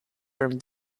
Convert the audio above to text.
from